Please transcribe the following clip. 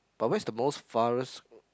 but where is the most farthest